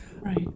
Right